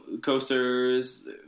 coasters